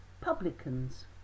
publicans